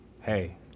hey